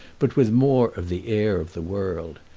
but with more of the air of the world.